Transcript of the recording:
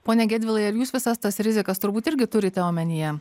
pone gedvilai ar jūs visas tas rizikas turbūt irgi turite omenyje